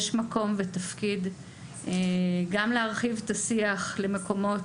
יש מקום ותפקיד גם להרחיב את השיח למקומות